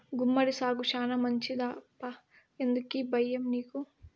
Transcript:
గుమ్మడి సాగు శానా మంచిదప్పా ఎందుకీ బయ్యం నీకు